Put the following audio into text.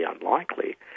unlikely